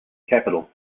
capital